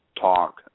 talk